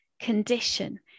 Condition